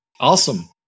Awesome